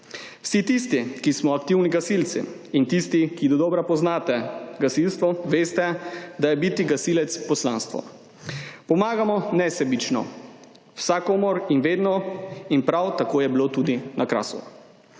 Vsi tisti, ki smo aktivni gasilci, in tisti, ki dodobra poznate gasilstvo, veste, da je biti gasilec poslanstvo. Pomagamo nesebično, vsakomur in vedno, in prav tako je bilo tudi na Krasu.